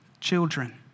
children